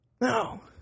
No